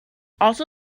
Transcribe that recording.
also